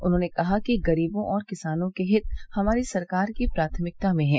उन्होने कहा कि गरीबों और किसानों के हित हमारी सरकार की प्राथमिकता में है